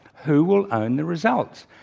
who will own the results?